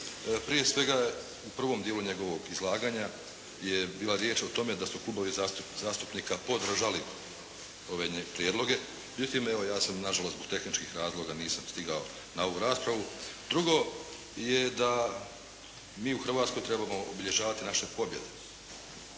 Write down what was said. Prije svega, u prvom dijelu njegovog izlaganja je bilo riječi o tome su klubovi zastupnika podržali ove prijedloge. Međutim, evo ja sam na žalost zbog tehničkih razloga nisam stigao na ovu raspravu. Drugo, je da mi u Hrvatskoj trebamo obilježavati naše pobjede,